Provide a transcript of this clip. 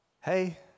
Hey